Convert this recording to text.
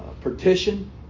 partition